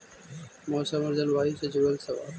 मौसम और जलवायु से जुड़ल सवाल?